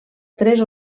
tres